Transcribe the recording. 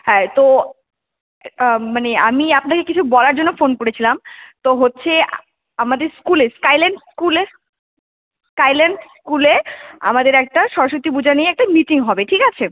হ্যাঁ তো মানে আমি আপনাকে কিছু বলার জন্য ফোন করেছিলাম তো হচ্ছে আমাদের স্কুলে স্কাইল্যান্ড স্কুলে স্কাইল্যান্ড স্কুলে আমাদের একটা সরস্বতী পূজা নিয়ে একটা মিটিং হবে ঠিক আছে